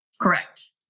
Correct